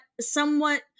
somewhat